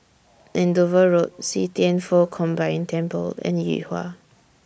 Andover Road See Thian Foh Combined Temple and Yuhua